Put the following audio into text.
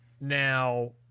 Now